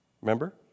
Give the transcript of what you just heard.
Remember